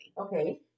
Okay